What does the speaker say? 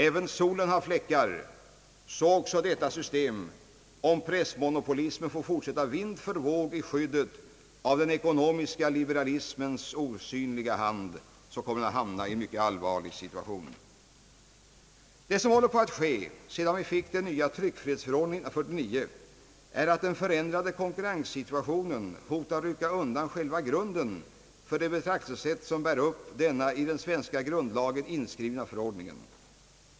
Även solen har fläckar, så också detta system. Om pressmonopolismen får fortsätta vind för våg i skyddet av den ekonomiska «liberalismens <»osynliga hand» hamnar vi i en mycket allvarlig situation. Det som håller på att ske, sedan vi fick den nya tryckfrihetsförordningen 1949, är att den förändrade konkurrenssituationen hotar rycka undan själva grunden för det betraktelsesätt som bär upp denna i den svenska grundlagen inskrivna förordning.